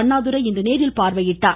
அண்ணாதுரை இன்று நேரில் பார்வையிட்டார்